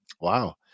Wow